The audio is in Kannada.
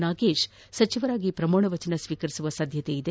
ನಾಗೇಶ್ ಸಚಿವರಾಗಿ ಪ್ರಮಾಣವಚನ ಸ್ತೀಕರಿಸುವ ಸಾಧ್ಯತೆ ಇದೆ